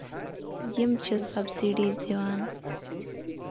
یِم چھِ سَبسٕڈیٖز دِوان